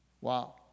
Wow